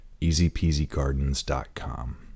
easypeasygardens.com